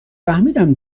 فهمیدم